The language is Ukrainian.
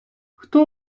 хто